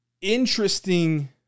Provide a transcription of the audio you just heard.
interesting